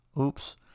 Oops